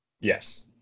Yes